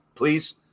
Please